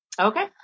Okay